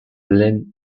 lynn